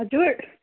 हजुर